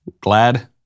Glad